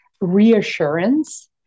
reassurance